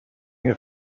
here